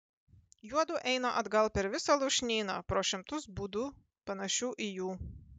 juodu eina atgal per visą lūšnyną pro šimtus būdų panašių į jų